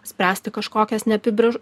spręsti kažkokias neapibrėž